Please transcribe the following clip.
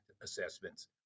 Assessments